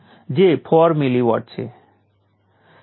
તેથી તે સર્કિટના ઓપરેટિંગ બિંદુ ઉપર આધાર રાખે છે